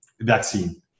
vaccine